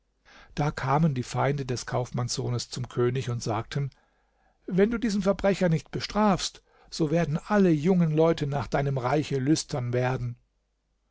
da kamen die feinde des kaufmannssohnes zum könig und sagten wenn du diesen verbrecher nicht bestrafst so werden alle jungen leute nach deinem reiche lüstern werden